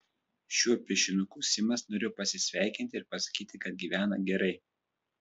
šiuo piešinuku simas norėjo pasisveikinti ir pasakyti kad gyvena gerai